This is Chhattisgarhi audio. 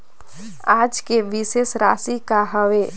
आज के शेष राशि का हवे?